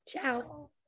Ciao